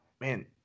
man